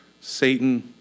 Satan